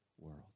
world